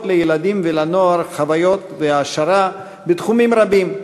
לילדים ולנוער חוויות והעשרה בתחומים רבים,